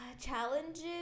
Challenges